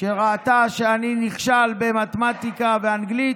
שראתה שאני נכשל במתמטיקה ואנגלית,